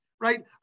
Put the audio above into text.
right